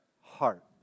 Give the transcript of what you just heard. heart